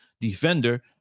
defender